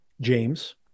James